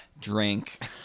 Drink